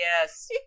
yes